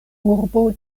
urbo